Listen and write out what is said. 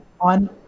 on